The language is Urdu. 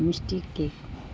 مسٹی کے